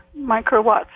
microwatts